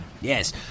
Yes